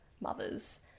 mothers